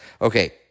Okay